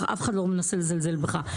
אף אחד לא מנסה לזלזל בך.